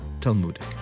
Talmudic